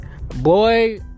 Boy